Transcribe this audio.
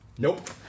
Nope